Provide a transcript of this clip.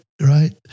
right